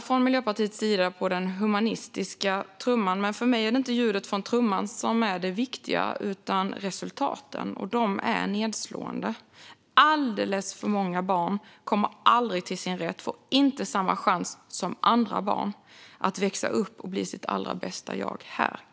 Från Miljöpartiets sida slår man gärna på den humanistiska trumman, men för mig är det inte ljudet från trumman som är det viktiga utan resultaten - och de är nedslående. Alldeles för många barn kommer aldrig till sin rätt och får inte samma chans som andra barn att växa upp och bli sitt allra bästa jag här.